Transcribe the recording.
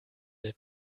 der